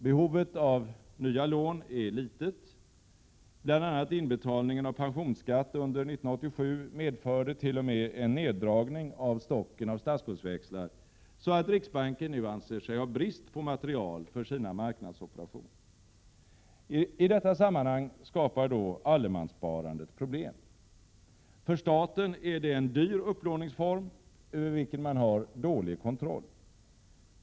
Behovet av nya lån är litet. Bl. a. inbetalningen av pensionsskatt under 1987 medförde t.o.m. en neddragning av stocken av statsskuldväxlar, så att riksbanken nu anser sig ha brist på material för sina marknadsoperationer. I detta sammanhang skapar allemanssparandet problem. För staten är det en dyr upplåningsform, över vilken man har dålig kontroll.